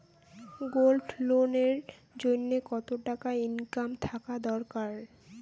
Gold loan এর জইন্যে কতো টাকা ইনকাম থাকা দরকার?